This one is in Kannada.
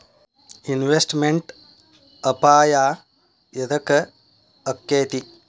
ಇನ್ವೆಸ್ಟ್ಮೆಟ್ ಅಪಾಯಾ ಯದಕ ಅಕ್ಕೇತಿ?